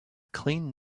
clean